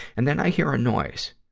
and then i hear a noise.